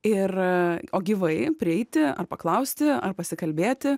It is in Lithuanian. ir o gyvai prieiti ar paklausti ar pasikalbėti